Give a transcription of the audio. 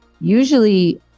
usually